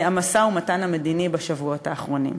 המשא-ומתן המדיני בשבועות האחרונים.